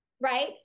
right